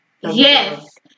Yes